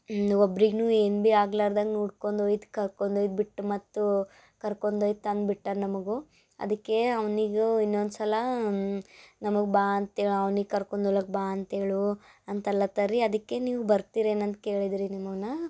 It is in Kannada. ಒಬ್ರಿಗೂ ಏನೂ ಭಿ ಆಗ್ಲಾರ್ದಂಗೆ ನೋಡ್ಕೊಂಡ್ ಒಯ್ದು ಕರ್ಕೊಂಡ್ ಒಯ್ದು ಬಿಟ್ಟು ಮತ್ತು ಕರ್ಕೊಂಡ್ ಒಯ್ದು ತಂದು ಬಿಟ್ಟಾನ ನಮಗೂ ಅದಕ್ಕೆ ಅವನಿಗೂ ಇನ್ನೊಂದು ಸಲ ನಮಗೆ ಬಾ ಅಂತೇಳಿ ಅವ್ನಿಗೆ ಕರ್ಕೊಂಡ್ ಓಲಕ್ ಬಾ ಅಂತ್ಹೇಳು ಅಂತಲ್ಲತ್ತರಿ ಅದಕ್ಕೆ ನೀವು ಬರ್ತೀರೇನಂತ ಕೇಳಿದ್ದು ರಿ ನಿಮಗ್ ನಾ